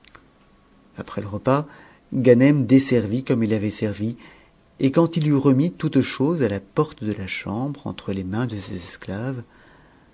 après le repas ganem desservit comme il avait servi et quand il eut remis toutes choses à la porte de la chambre entre tes mains de ses esclaves